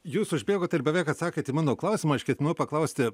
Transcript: jūs užbėgote ir beveik atsakėt į mano klausimą aš ketinau paklausti